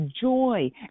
joy